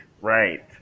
right